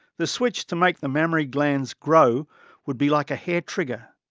the switch to make the mammary glands grow would be like a hair trigger.